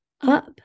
up